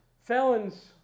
felons